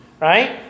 Right